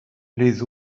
les